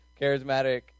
charismatic